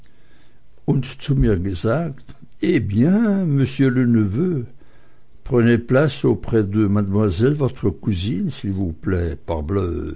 dich zu mir gelockt